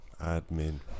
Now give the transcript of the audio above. admin